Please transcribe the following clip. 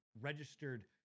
registered